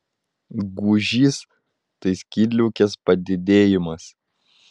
gūžys tai skydliaukės padidėjimas